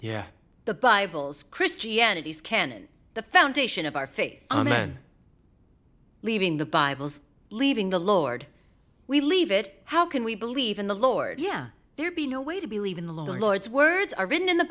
yeah the bible's christianity's canon the foundation of our faith amen leaving the bibles leaving the lord we leave it how can we believe in the lord yeah there be no way to believe in the lord's words are written in the